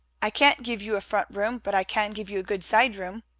i can't give you a front room, but i can give you a good side room.